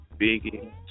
Biggie